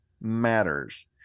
matters